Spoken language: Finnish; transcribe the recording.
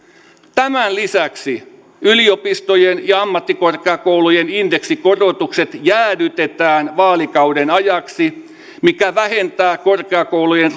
tämän lisäksi yliopistojen ja ammattikorkeakoulujen indeksikorotukset jäädytetään vaalikauden ajaksi mikä vähentää korkeakoulujen